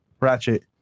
Ratchet